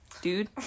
dude